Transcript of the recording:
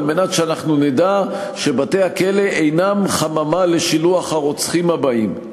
כדי שאנחנו נדע שבתי-הכלא אינם חממה לשילוח הרוצחים הבאים?